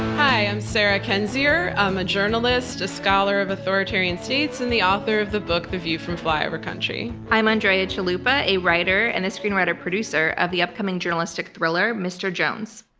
hi, i'm sarah kendzior. i'm a journalist, a scholar of authoritarian states, and the author of the book the view from flyover country. i'm andrea chalupa, a writer and the screenwriter producer of the upcoming journalistic thriller, mr. jones.